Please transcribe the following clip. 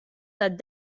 tad